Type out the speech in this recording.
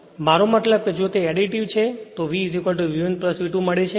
મારો મતલબ કે જો તે એડિટિવ છે તો V V1 V2 મળે છે